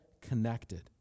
connected